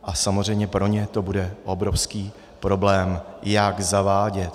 A samozřejmě pro ně to bude obrovský problém, jak zavádět.